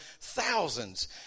thousands